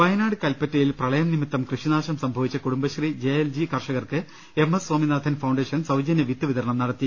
വയനാട് കല്പറ്റയിൽ പ്രളയം നിമിത്തം കൃഷിനാശം സംഭവിച്ച Kudumbashree J L G കർഷകർക്ക് എം എസ് സ്വാമിനാഥൻ ഫൌണ്ടേഷൻ സൌജ ന്യ വിത്ത് വിതരണം നടത്തി